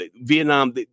Vietnam